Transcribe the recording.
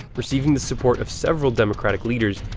receiving the support of several democratic leaders,